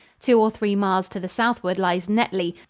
two or three miles to the southward lies netley,